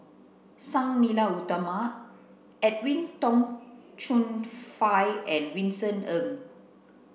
Sang Nila Utama Edwin Tong Chun Fai and Vincent Ng